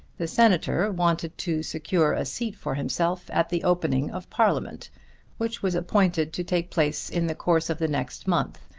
the senator wanted to secure a seat for himself at the opening of parliament which was appointed to take place in the course of the next month,